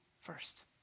first